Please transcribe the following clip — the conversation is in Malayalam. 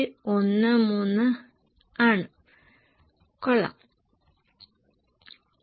അല്ലാത്തപക്ഷം നിങ്ങൾ ആശയക്കുഴപ്പത്തിലാകുമെന്നതിനാൽ ഞാൻ ഇത് ഇല്ലാതാക്കുമെന്ന് ഞാൻ കരുതുന്നു